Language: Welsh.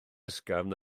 ysgafn